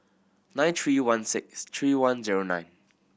nine three one six three one zero nine